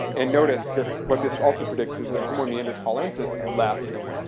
and notice that what this also predicts is that homo neanderthalensis left